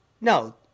No